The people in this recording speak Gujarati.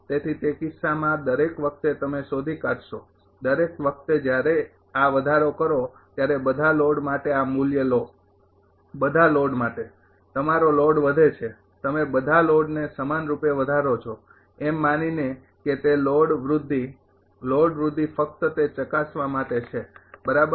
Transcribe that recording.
તેથી તે કિસ્સામાં દરેક વખતે તમે શોધી કાઢશો દરેક વખતે જ્યારે આ વધારો કરો ત્યારે બધા લોડ માટે આ મૂલ્ય લો બધા લોડ માટે તમારો લોડ વધે છે તમે બધા લોડને સમાનરૂપે વધારો છો એમ માનીને કે તે લોડ વૃદ્ધિ લોડ વૃદ્ધિ ફક્ત તે ચકાસવા માટે છે બરાબર